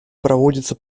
проводится